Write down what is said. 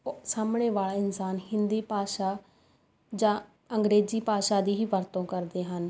ਉਹ ਸਾਹਮਣੇ ਵਾਲਾ ਇਨਸਾਨ ਹਿੰਦੀ ਭਾਸ਼ਾ ਜਾਂ ਅੰਗਰੇਜ਼ੀ ਭਾਸ਼ਾ ਦੀ ਹੀ ਵਰਤੋਂ ਕਰਦੇ ਹਨ